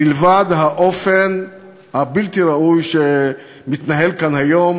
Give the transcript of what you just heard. מלבד האופן הבלתי-ראוי שבו מתנהל כאן היום